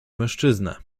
mężczyznę